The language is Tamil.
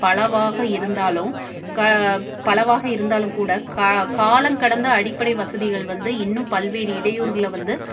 பலவாக இருந்தாலும் க பலவாக இருந்தாலும் கூட கா காலம் கடந்த அடிப்படை வசதிகள் வந்து இன்றும் பல்வேறு இடையூர்கள் வந்து